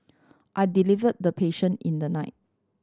I delivered the patient in the night